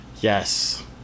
Yes